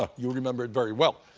ah you remember it very well.